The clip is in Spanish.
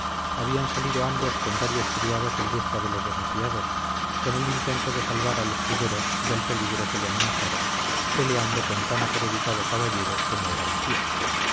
habían salido ambos con varios criados en busca de los desafiados con el intento de salvar al escudero del peligro que le amenazaba peleando con tan acreditado caballero como era macías